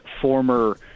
former